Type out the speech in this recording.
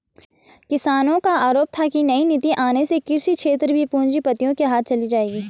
किसानो का आरोप था की नई नीति आने से कृषि क्षेत्र भी पूँजीपतियो के हाथ चली जाएगी